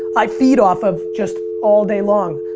i feed off of just all day long.